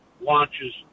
launches